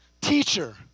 Teacher